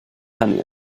hynny